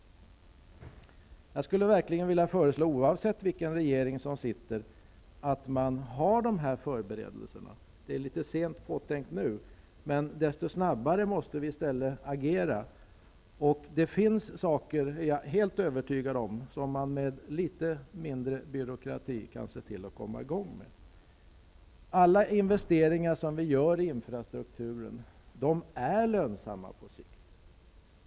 Jag skulle verkligen vilja föreslå, oavsett vilken regeringen som sitter, att den gör dessa förberedelser. Det är litet sent påtänkt nu, men desto snabbare måste vi agera. Det finns saker, det är jag helt övertygad om, som man med litet mindre byråkrati kan komma i gång med. Alla investeringar som vi gör i infrastukturen är lönsamma på sikt.